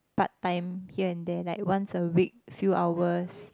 part time here and there like once a week few hours